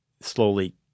slowly